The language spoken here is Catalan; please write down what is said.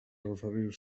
referir